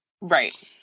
Right